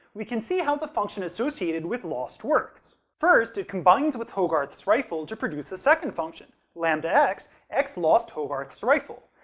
we can see how the function associated with lost works. first, it combines with hogarth's rifle to produce a second function l x. x lost hogarth's rifle.